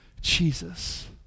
Jesus